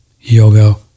yoga